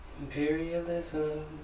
Imperialism